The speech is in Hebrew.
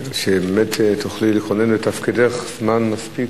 אם באמת תוכלי לכהן בתפקידך זמן מספיק,